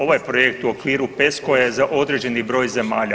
Ovaj projekt u okviru PESCO-a je za određeni broj zemalja.